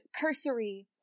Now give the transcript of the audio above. cursory